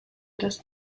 das